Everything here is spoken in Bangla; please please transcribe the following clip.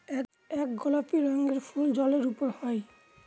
এক গোলাপি রঙের ফুল জলের উপরে হয়